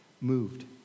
moved